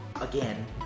Again